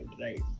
right